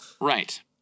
Right